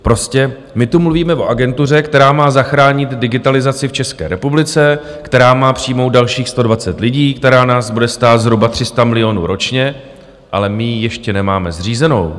Prostě my tu mluvíme o agentuře, která má zachránit digitalizaci v České republice, která má přijmout dalších 120 lidí, která nás bude stát zhruba 300 milionů ročně, ale my ji ještě nemáme zřízenou.